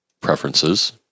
Preferences